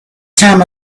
time